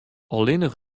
allinnich